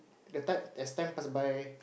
the time that's time pass by